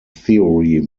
theory